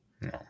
No